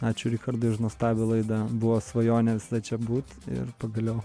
ačiū richardui už nuostabią laidą buvo svajonės čia būt ir pagaliau